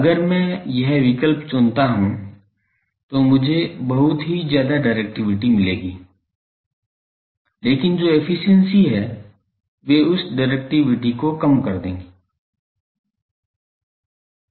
अगर मैं यह विकल्प चुनता हूँ तो मुझे बहुत ही ज्यादा डाइरेक्टिविटी मिलेगी लेकिन जो एफिशिएंसी हैं वे उस डाइरेक्टिविटी को काम कर देंगे